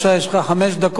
יש לך חמש דקות.